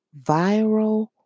viral